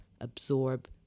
absorb